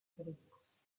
frescos